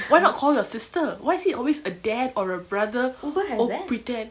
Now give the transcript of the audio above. why not call your sister why is it always a dad or a brother or pretend